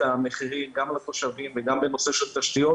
המחירים גם לתושבים וגם בנושא של תשתיות,